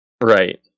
right